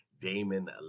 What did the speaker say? Damon